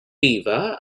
beaver